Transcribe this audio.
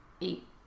eight